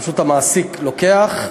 פשוט המעסיק לוקח,